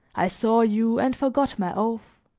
i saw you and forgot my oath,